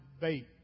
bait